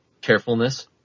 carefulness